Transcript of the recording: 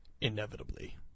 inevitably